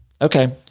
okay